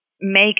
make